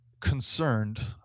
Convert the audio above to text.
concerned